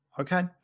Okay